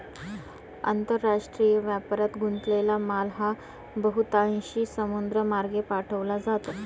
आंतरराष्ट्रीय व्यापारात गुंतलेला माल हा बहुतांशी समुद्रमार्गे पाठवला जातो